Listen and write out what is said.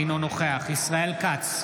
אינו נוכח ישראל כץ,